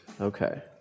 Okay